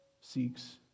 seeks